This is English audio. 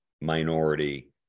minority